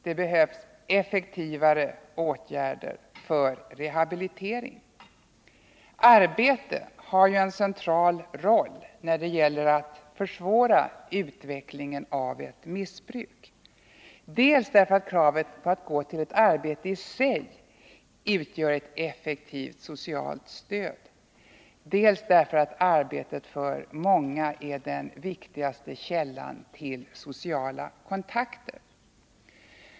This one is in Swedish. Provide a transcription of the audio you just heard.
Det behövs effektivare åtgärder för rehabilitering. Arbete har ju en central roll när det gäller att försvåra utvecklingen av ett missbruk, dels därför att kravet på att gå till ett arbete i sig utgör ett effektivt socialt stöd, dels därför att arbetet för många är den viktigaste källan till sociala kontakter.